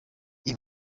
iyi